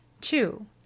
two